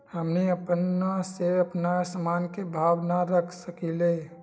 हमनी अपना से अपना सामन के भाव न रख सकींले?